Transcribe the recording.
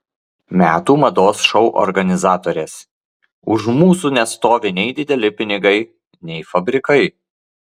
metų mados šou organizatorės už mūsų nestovi nei dideli pinigai nei fabrikai